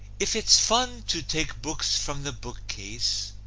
if it's fun to take books from the bookcase,